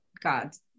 God's